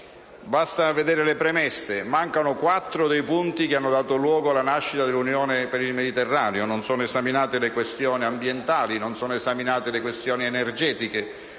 Basta vedere le premesse: mancano quattro dei punti che hanno dato luogo alla nascita dell'Unione per il Mediterraneo. Non sono esaminate le questioni ambientali, le questioni energetiche